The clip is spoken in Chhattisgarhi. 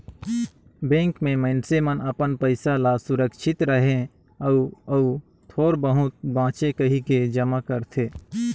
बेंक में मइनसे मन अपन पइसा ल सुरक्छित रहें अउ अउ थोर बहुत बांचे कहिके जमा करथे